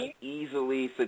easily